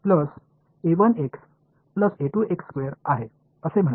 तर p बरोबर आहे असे म्हणा